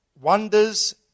wonders